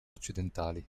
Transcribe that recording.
occidentali